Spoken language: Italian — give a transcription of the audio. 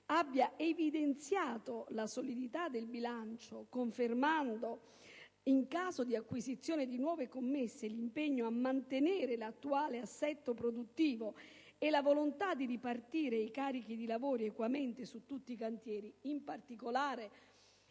ha evidenziato la solidità del bilancio confermando, in caso di acquisizione di nuove commesse, l'impegno a mantenere l'attuale assetto produttivo e la volontà di ripartire i carichi di lavoro equamente su tutti i cantieri; la